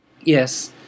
Yes